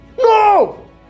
no